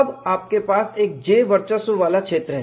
तब आपके पास एक J वर्चस्व वाला क्षेत्र है